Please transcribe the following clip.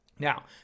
now